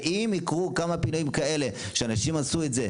ואם יקרו כמה פעמים כאלה שאנשים עשו את זה,